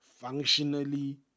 functionally